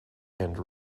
and